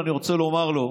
רוצה לומר לו